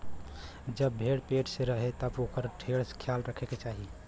जब भेड़ पेट से रहे तब ओकर ढेर ख्याल रखे के चाही